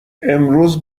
امروز